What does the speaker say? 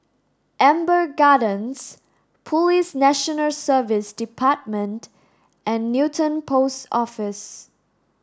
Amber Gardens Police National Service Department and Newton Post Office